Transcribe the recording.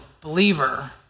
believer